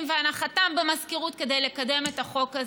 והנחתם במזכירות כדי לקדם את החוק הזה.